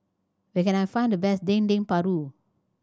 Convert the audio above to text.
where can I find the best Dendeng Paru